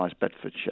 Bedfordshire